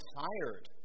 tired